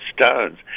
stones